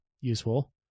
useful